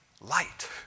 light